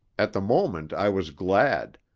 at the moment i was glad,